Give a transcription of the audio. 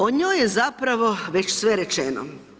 O njoj je zapravo već sve rečeno.